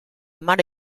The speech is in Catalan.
mare